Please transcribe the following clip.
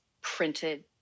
printed